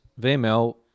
vml